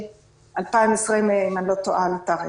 מה-7/5/2020 אם אני לא טועה בתאריך,